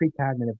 precognitive